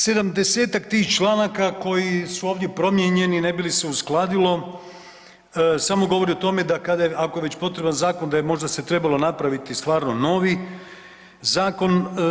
70-tak tih članaka koji su ovdje promijenjeni ne bi li se uskladilo samo govori o tome da kada je, ako je već potreban zakon da je možda se trebalo napraviti stvarno novi zakon.